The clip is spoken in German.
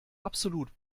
absolut